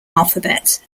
alphabet